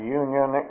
union